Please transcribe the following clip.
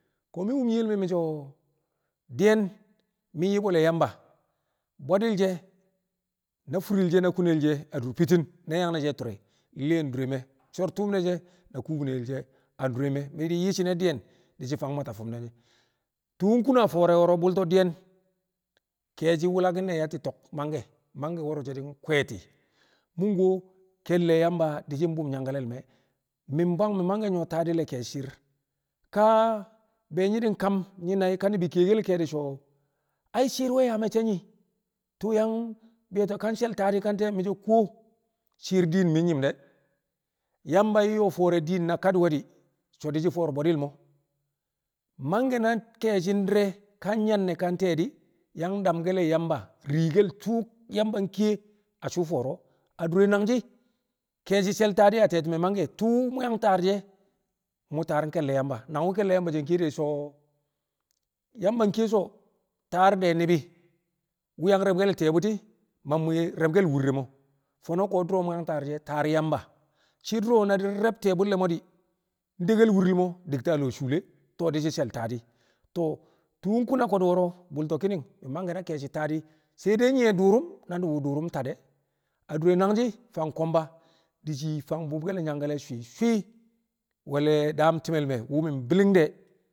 Ƙo̱ mi̱ wu̱m nyiye me̱ mi̱ so̱ diyen mi̱ yi bwe̱l Yamba bwe̱di̱l she̱ na fu̱ri̱l she̱ na kunel she̱ adur fi̱i̱ti̱n na yang she̱ a tu̱ri̱ nli̱ye̱n a dure sor tuum ne̱ she̱ na kubinel she̱ a dure me̱ mi̱ yi̱ shi̱ne̱ diyen di̱ shi̱ fang mwata fi̱m ne̱. Tu̱u̱ kuna fo̱o̱ro̱ wo̱ro̱ bu̱lta diyen ke̱e̱shi̱ wu̱lakɪn ne̱ yatti̱ to̱k mangke̱, mangke̱ wo̱ro̱ di̱ kwe̱e̱ti̱. Mu̱ kuwo ke̱lle̱ Yamba di̱ shi̱ bu̱b nangkale̱ me̱ mɪ bwang mangke̱ nyu̱wo̱ taadi̱ le̱ ke̱e̱shi̱ shi̱i̱r ka be nyi̱ di̱ kam nƴi̱ nai̱ ka kiye ke̱e̱di̱ so̱ shi̱i̱r nwe̱ yaa me̱cçe̱ yi nƴe̱ so̱ she̱l taadi̱ kuwo shi̱i̱r din mi̱ nyɪm de̱ Yamba nyo̱o̱ fo̱o̱re̱ din na kadi̱we̱ di̱ so̱ di̱ shi̱ fo̱o̱r bwe̱di̱l mo̱. Mangke̱ ke̱e̱shi̱ di̱re̱ ka Nyanne̱ ka nte̱e̱ di̱ damke̱l Yamba riikel tu̱u̱ Yamba a shuu fo̱o̱ro̱ adure nangshi̱ ke̱e̱shi̱ she̱l taadi̱ a ti̱me̱ mangke̱ ke̱e̱shi̱ she̱l taaḏi̱ wu̱ mu̱ yang taar she̱, mu̱ taar ke̱lle̱ Yamba. Nangwu̱ ke̱lle̱ Yamba nkiye de̱ so̱ Yamba nkiye so̱ taar de̱ ni̱bi̱ wu̱ yang re̱bke̱l ti̱ƴe̱ bu̱ti̱ mang mwi̱i̱ re̱bke̱l wu̱ri̱l mo̱ fo̱no̱ ko̱ du̱ro̱ mu̱ yang taar she taar Yamba. Shi̱ du̱ro̱ na di̱ re̱b ti̱ye̱ bu̱lle̱l mo̱ di̱ nde wu̱ri̱l mo̱ di ta lo̱o̱ shuule to̱o̱ di̱ shi̱ she̱l taadi̱, to̱o̱ tu̱u̱ kuna ko̱du̱ wo̱ro̱ bu̱lto̱ mi̱ mangke̱ na ke̱e̱shi̱ sai de̱, di̱re̱ nyi̱ye̱ duruum na nu̱bu̱ duruum nta de̱ adure nangshi̱ fang ko̱mba di̱ shii fang wu̱mke̱l nangkale̱ swi̱swi̱ we̱l le̱ daam ti̱me̱l me̱ wu̱ mi̱ bi̱li̱ngde̱